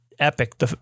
epic